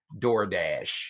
DoorDash